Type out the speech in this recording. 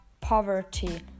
poverty